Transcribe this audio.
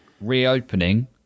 reopening